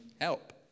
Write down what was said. help